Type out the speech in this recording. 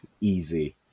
easy